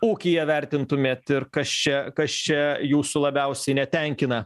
ūkyje vertintumėt ir kas čia kas čia jūsų labiausiai netenkina